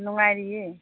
ꯅꯨꯡꯉꯥꯏꯔꯤꯌꯦ